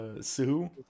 Sue